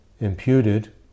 imputed